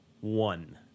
One